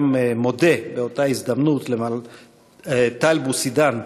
גם אני מודה באותה הזדמנות למר טל בוסידן,